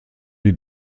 die